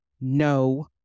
No